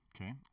Okay